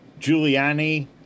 Giuliani